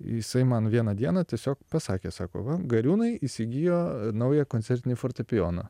jisai man vieną dieną tiesiog pasakė sako va gariūnai įsigijo naują koncertinį fortepijoną